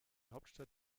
hauptstadt